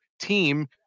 team